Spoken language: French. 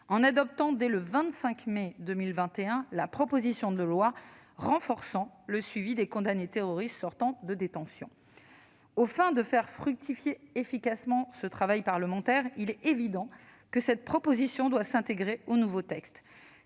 en adoptant, dès le 25 mai 2021, la proposition de loi renforçant le suivi des condamnés terroristes sortant de détention. Pour faire fructifier efficacement ce travail parlementaire, il est évident que cette proposition doit s'intégrer au nouveau texte